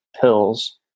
pills